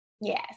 Yes